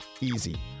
easy